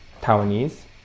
Taiwanese